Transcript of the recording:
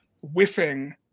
whiffing